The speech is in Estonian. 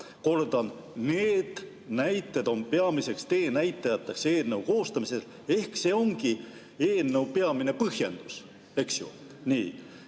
Kordan: need näited on peamiseks teenäitajaks eelnõu koostamisel – see ongi eelnõu peamine põhjendus, eks ju, mitte